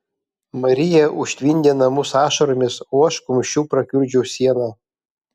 marija užtvindė namus ašaromis o aš kumščiu prakiurdžiau sieną